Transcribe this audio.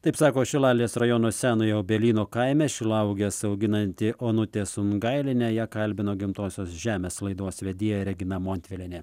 taip sako šilalės rajono senojo obelyno kaime šilauoges auginanti onutė sungailienė ją kalbino gimtosios žemės laidos vedėja regina montvilienė